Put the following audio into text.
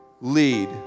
lead